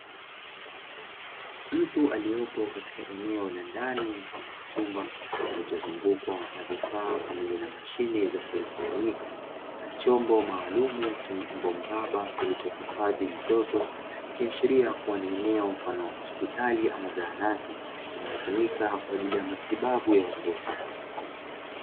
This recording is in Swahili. Mtu aliyepo katika eneo la ndani mfano wa chumba kilichozungukwa na vifaa pamoja na mashine za kielektroniki. Chombo maalumu chenye umbo mraba kilichohifadhi mtoto, ikiashiria kuwa ni eneo mfano wa hospitali ama zahanati inayotumika kwa ajili ya matibabu ya mtoto.